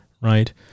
right